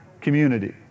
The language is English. community